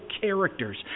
characters